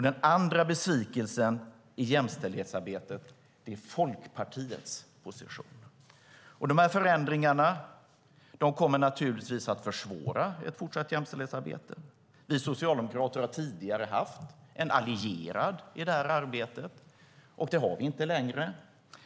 Den andra besvikelsen i jämställdhetsarbetet är Folkpartiets position. Dessa förändringar kommer givetvis att försvåra ett fortsatt jämställdhetsarbete. Vi socialdemokrater har tidigare haft en allierad i det arbetet, men det har vi inte längre.